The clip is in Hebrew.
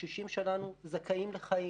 הקשישים שלנו זכאים לחיים.